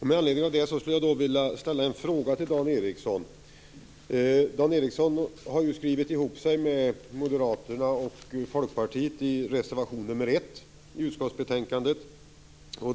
Med anledning av det vill jag ställa en fråga till Dan Ericsson. Han har ju skrivit ihop sig med Moderaterna och Folkpartiet i reservation 1 i utskottsbetänkandet.